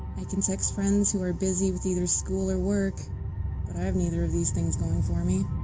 i can text friends who are busy with either school or work but i have neither of these things going for me.